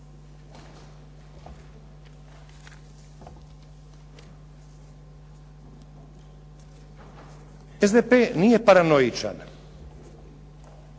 SDP nije paranoičan